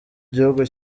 gihugu